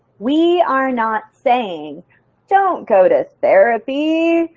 we are not saying don't go to therapy,